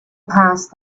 past